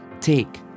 Take